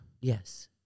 Yes